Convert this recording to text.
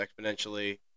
exponentially